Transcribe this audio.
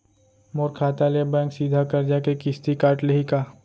मोर खाता ले बैंक सीधा करजा के किस्ती काट लिही का?